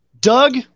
Doug